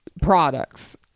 products